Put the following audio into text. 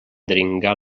dringar